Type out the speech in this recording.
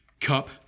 cup